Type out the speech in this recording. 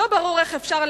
לא ברור איך אפשר,